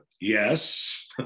Yes